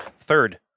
Third